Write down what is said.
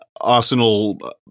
Arsenal